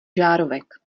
žárovek